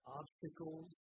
obstacles